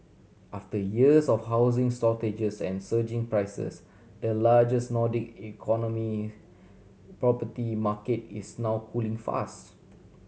after years of housing shortages and surging prices the largest Nordic economy property market is now cooling fast